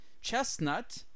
chestnut